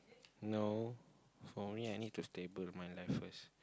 no for me I need to stable my life first